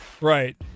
Right